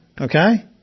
Okay